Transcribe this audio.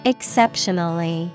Exceptionally